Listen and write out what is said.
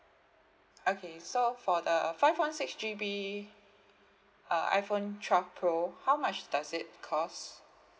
okay so for the five one six G_B uh iphone twelve pro how much does it cost